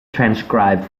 transcribed